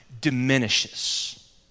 diminishes